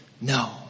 No